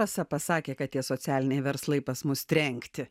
rasa pasakė kad tie socialiniai verslai pas mus trenkti